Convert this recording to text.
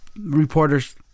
reporters